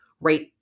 right